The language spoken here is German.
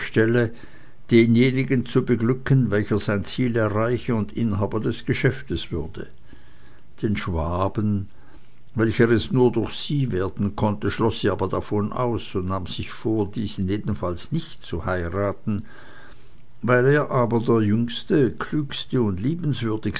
denjenigen zu beglücken welcher sein ziel erreiche und inhaber des geschäftes würde den schwaben welcher es nur durch sie werden konnte schloß sie aber davon aus und nahm sich vor diesen jedenfalls nicht zu heiraten weil er aber der jüngste klügste und liebenswürdigste